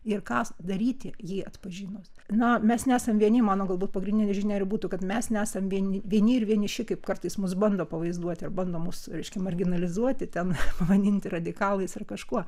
ir ką daryti jį atpažinus na mes nesam vieni mano galbūt pagrindinė žinia ir būtų kad mes nesam vien vieni ir vieniši kaip kartais mus bando pavaizduoti ir bando mus reiškia marginalizuoti ten pavadinti radikalais ir kažkuo